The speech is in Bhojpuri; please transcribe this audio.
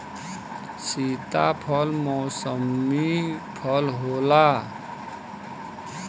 सीताफल मौसमी फल होला